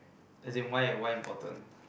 as in why eh why important